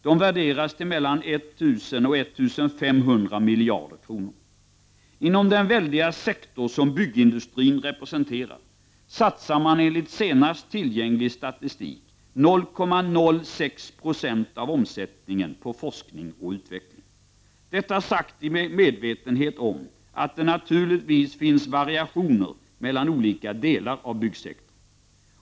De värderas till mellan 1 000 och 1 500 miljarder kronor. Inom den väldiga sektor som byggindustrin representerar satsar man enligt senast tillgänglig statistik 0,06 26 av omsättningen på forskning och utveckling. Detta sagt i medvetenheten om att det naturligtvis finns variationer mellan olika delar av byggsektorn.